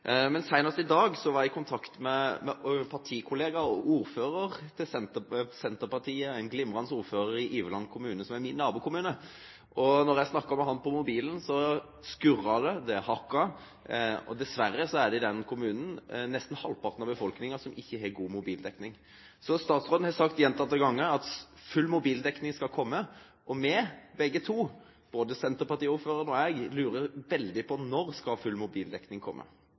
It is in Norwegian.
i dag var jeg i kontakt med en senterpartikollega – en glimrende ordfører i Iveland kommune, som er min nabokommune. Da jeg snakket med ham på mobilen, skurret det – det hakket. Dessverre er det nesten halvparten av befolkningen i den kommunen som ikke har god mobildekning. Statsråden har sagt gjentatte ganger at full mobildekning skal komme, og vi begge – både senterpartiordføreren og jeg – lurer veldig på: Når skal full mobildekning komme?